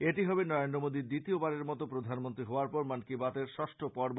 এটি হবে নরেন্দ্র মোদীর দ্বিতীয়বারের মতো প্রধানমন্ত্রী হবার পর মন কী বাতের ষষ্ঠ পর্ব